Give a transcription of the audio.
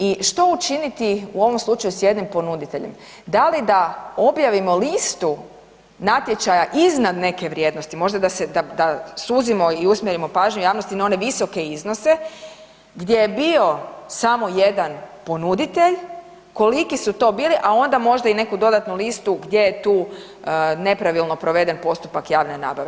I što učiniti u ovom slučaju s jednim ponuditeljem, da li da objavimo listu natječaja iznad neke vrijednosti, možda da suzimo i usmjerimo pažnju javnosti na one visoke iznose gdje je bio samo jedan ponuditelj, koliki su to bili, a onda možda i neku dodatnu listu gdje je tu nepravilno proveden postupak javne nabave?